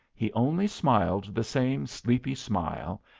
he only smiled the same sleepy smile,